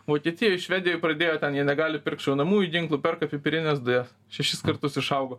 vokietijoj švedijoj pradėjo ten jie negali pirkt šaunamųjų ginklų perka pipirines dujas šešis kartus išaugo